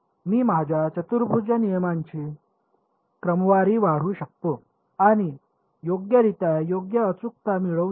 मी माझ्या चतुर्भुज नियमांची क्रमवारी वाढवू शकतो आणि योग्यरित्या योग्य अचूकता मिळवू शकतो